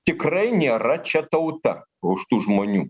tikrai nėra čia tauta už tų žmonių